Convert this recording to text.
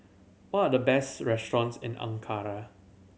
what are the best restaurants in Ankara